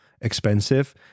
expensive